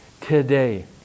Today